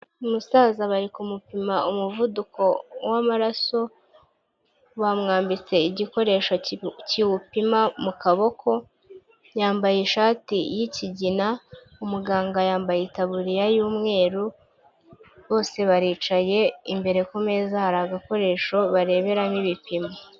Umusaza bari kumupima umuvuduko w'amaraso, bamwambitse igikoresho kiwupima mu kaboko, yambaye ishati y'ikigina, umuganga yambaye itabuririya y'umweru, bose baricaye imbere ku meza hari agakoresho bareberamo ibipimo.